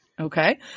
Okay